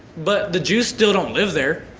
but the jews still don't live there.